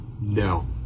no